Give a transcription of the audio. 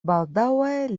baldaŭe